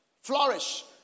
Flourish